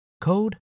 code